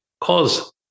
cause